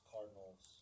Cardinals